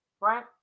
right